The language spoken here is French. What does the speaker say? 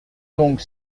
donc